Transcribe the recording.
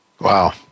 Wow